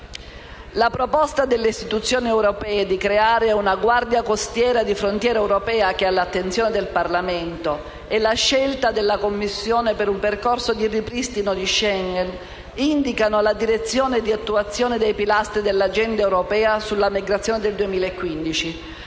La proposta delle istituzioni europee di creare una guardia costiera e di frontiera europea, che è all'attenzione del Parlamento, e la scelta della Commissione per un percorso di ripristino di Schengen indicano la direzione di attuazione dei pilastri dell'Agenda europea sulla migrazione del 2015,